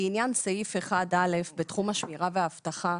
לעניין סעיף 1א בתחום השמירה והאבטחה,